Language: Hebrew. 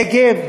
רגב?